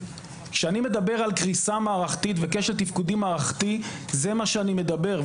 כשאני מדבר על קריסה מערכתית וכשל תפקודי מערכתי זה מה שאני מדבר.